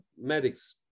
medics